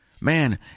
Man